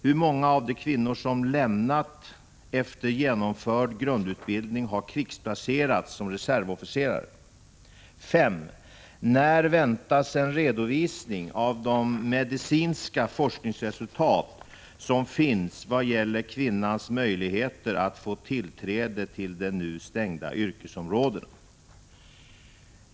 Hur många av de kvinnor som slutat efter genomförd grundutbildning har krigsplacerats som reservofficerare? 5. När väntas en redovisning av de medicinska forskningsresultat som finns i vad gäller kvinnans möjligheter att få tillträde till de nu stängda yrkesområdena?